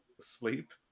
sleep